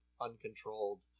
uncontrolled